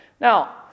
Now